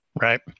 Right